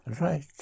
Right